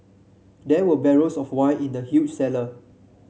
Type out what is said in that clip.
there were barrels of wine in the huge cellar